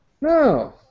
no